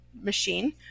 machine